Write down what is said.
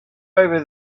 over